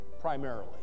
primarily